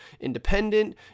independent